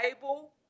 Bible